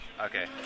Okay